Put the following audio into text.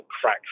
crack